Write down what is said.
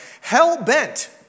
hell-bent